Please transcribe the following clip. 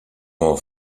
nor